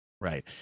Right